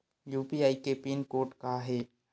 UPI के pin code का हे?